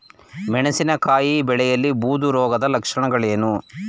ಮೆಣಸಿನಕಾಯಿ ಬೆಳೆಯಲ್ಲಿ ಬೂದು ರೋಗದ ಲಕ್ಷಣಗಳೇನು?